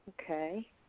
Okay